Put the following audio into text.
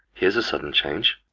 here's a sudden change.